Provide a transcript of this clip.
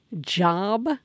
job